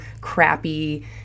crappy